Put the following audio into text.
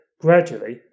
gradually